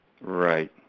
Right